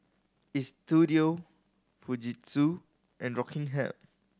Istudio Fujitsu and Rockingham